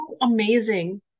amazing